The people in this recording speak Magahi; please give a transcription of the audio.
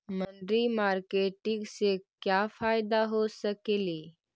मनरी मारकेटिग से क्या फायदा हो सकेली?